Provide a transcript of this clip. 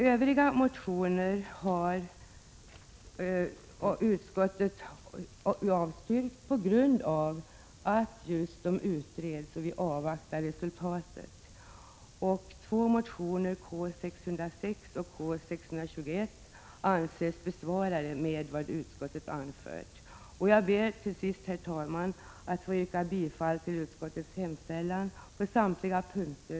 Övriga motioner har utskottet avstyrkt på grund av att man vill avvakta utredningsresultatet. Jag ber till sist, herr talman, att få yrka bifall till utskottets hemställan på samtliga punkter.